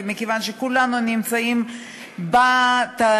ומכיוון שכולנו נמצאים בתהליך,